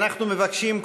אנחנו מבקשים,